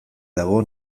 dago